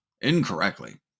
incorrectly